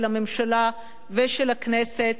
של הממשלה ושל הכנסת.